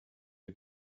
wir